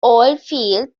oldfield